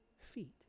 feet